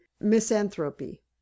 misanthropy